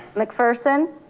mcpherson,